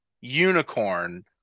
unicorn